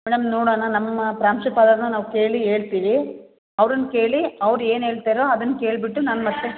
madam ನೋಡೋಣ ನಮ್ಮ ಪ್ರಾಂಶುಪಾಲರ್ನ್ನು ನಾವು ಕೇಳಿ ಹೇಳ್ತೀವಿ ಅವ್ರನ್ನು ಕೇಳಿ ಅವ್ರು ಏನು ಹೇಳ್ತಾರೋ ಅದನ್ನು ಕೇಳ್ಬಿಟ್ಟು ನಾನು ಮತ್ತೆ